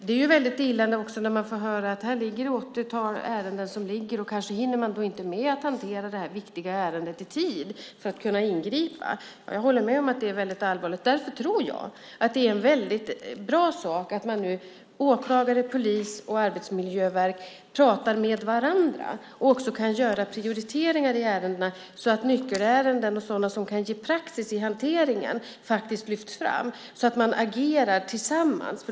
Det är också väldigt illa när man får höra att det ligger ett åttiotal ärenden och att man kanske inte hinner med att hantera det viktiga ärendet i tid för att kunna ingripa. Jag håller med om att det är väldigt allvarligt. Därför tror jag att det är en väldigt bra sak att nu åklagare, polis och arbetsmiljöverk pratar med varandra. Man kan göra prioriteringar i ärendena så att nyckelärenden och sådana som kan ge praxis i hanteringen faktiskt lyfts fram så att man agerar tillsammans.